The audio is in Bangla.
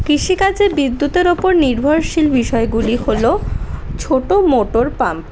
কৃষি কাজে বিদ্যুতের ওপর নির্ভরশীল বিষয়গুলি হলো ছোটো মোটর পাম্প